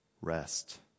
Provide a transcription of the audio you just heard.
rest